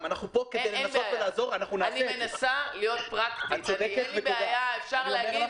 אני אצא עם זה, תודה על הסיוע.